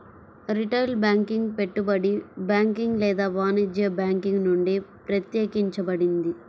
retail banking పెట్టుబడి banking లేదా వాణిజ్య బ్యాంకింగ్ నుండి ప్రత్యేకించబడింది